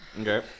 Okay